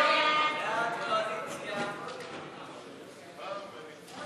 סעיף 2, כהצעת הוועדה,